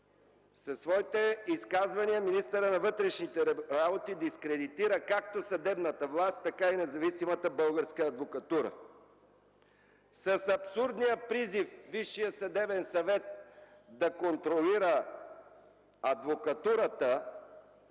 със своите изказвания министърът на вътрешните работи дискредитира както съдебната власт, така и независимата българска адвокатура. С абсурдния призив Висшият съдебен съвет да контролира адвокатурата,